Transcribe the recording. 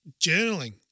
journaling